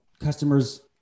customers